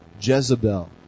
Jezebel